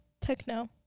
techno